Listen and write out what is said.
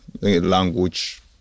language